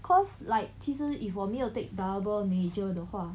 cause like 其实 if 我没有 take double major 的话